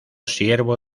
siervo